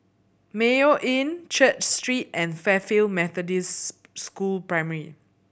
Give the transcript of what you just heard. Mayo Inn Church Street and Fairfield Methodist School Primary